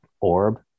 orb